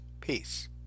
Peace